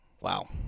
Wow